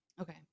Okay